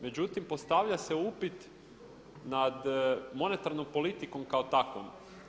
Međutim, postavlja se upit nad monetarnom politikom kao takvom.